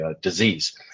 disease